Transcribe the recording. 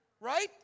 Right